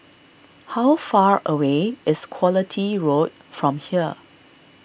how far away is Quality Road from here